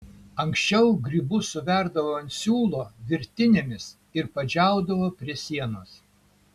anksčiau grybus suverdavo ant siūlo virtinėmis ir padžiaudavo prie sienos